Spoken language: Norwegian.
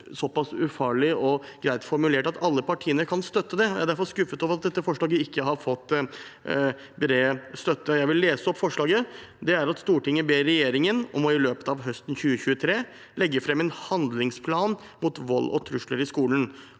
såpass ufarlig og greit formulert at alle partiene kan støtte det. Jeg er derfor skuffet over at dette forslaget ikke har fått bred støtte. Jeg vil lese opp forslaget: «Stortinget ber regjeringen om å i løpet av høsten 2023 legge frem en handlingsplan mot vold og trusler i skolen.